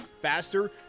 faster